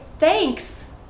Thanks